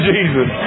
Jesus